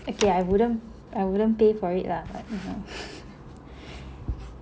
okay I wouldn't I wouldn't pay for it lah but I don't know